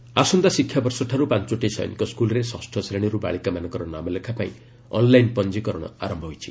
ସୈନିକ ସ୍କୁଲ୍ ଆସନ୍ତା ଶିକ୍ଷାବର୍ଷଠାରୁ ପାଞ୍ଚୋଟି ସୈନିକ ସ୍କୁଲ୍ରେ ଷଷ୍ଠ ଶ୍ରେଣୀରୁ ବାଳିକାମାନଙ୍କ ନାମ ଲେଖା ପାଇଁ ଅନ୍ଲାଇନ୍ ପଞ୍ଜିକରଣ ଆରମ୍ଭ ହୋଇଛି